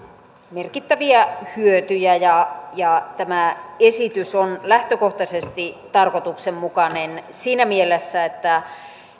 merkittäviä hyötyjä ja ja tämä esitys on lähtökohtaisesti tarkoituksenmukainen siinä mielessä että